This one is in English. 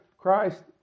Christ